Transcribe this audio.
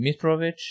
Mitrovic